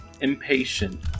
Impatient